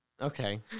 okay